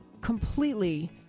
completely